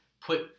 put